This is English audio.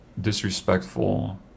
disrespectful